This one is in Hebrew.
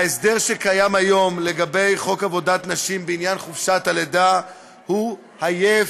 ההסדר שקיים היום לגבי חוק עבודת נשים בעניין חופשת הלידה הוא עייף,